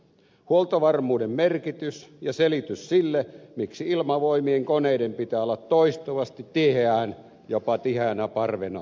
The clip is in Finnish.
huoltovarmuuden merkitys ja selitys sille miksi ilmavoimien koneiden pitää olla toistuvasti tiheään jopa tiheänä parvena ilmassa